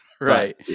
Right